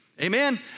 Amen